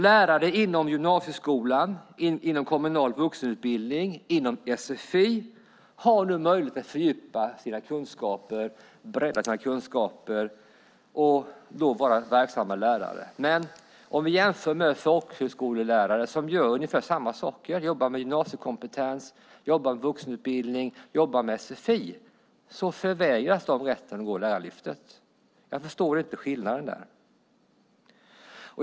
Lärare inom gymnasieskolan, inom kommunal vuxenutbildning och inom sfi har nu möjlighet till fördjupade och breddade kunskaper och att då vara verksamma lärare. Folkhögskolelärare gör ungefär samma saker. De jobbar med gymnasiekompetens, med vuxenutbildning och med sfi. Men de förvägras rätten att vara med i Lärarlyftet. Jag förstår inte skillnaden där.